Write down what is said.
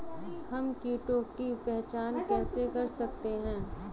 हम कीटों की पहचान कैसे कर सकते हैं?